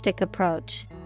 Approach